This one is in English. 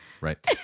Right